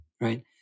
right